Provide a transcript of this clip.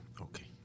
Okay